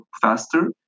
faster